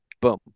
boom